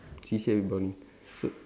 C_C_A everybody